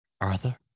Arthur